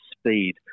speed